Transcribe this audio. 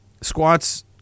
squats